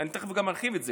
אני תכף גם ארחיב את זה,